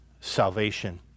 salvation